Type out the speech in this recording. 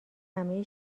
همه